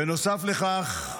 בנוסף לכך,